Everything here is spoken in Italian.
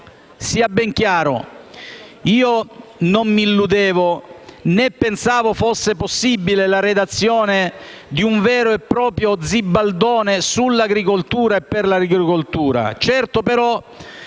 Sia ben chiaro: non mi illudevo, né pensavo fosse possibile la redazione di un vero e proprio Zibaldone sull'agricoltura e per l'agricoltura.